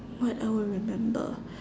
what I will remember